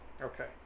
okay